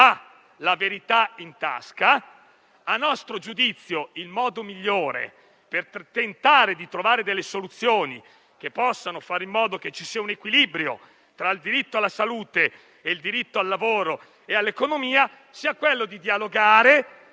ha la verità in tasca, a nostro giudizio, il modo migliore per tentare di trovare delle soluzioni che possano garantire un equilibrio tra il diritto alla salute e il diritto al lavoro e all'economia, è quello di dialogare